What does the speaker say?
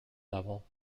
level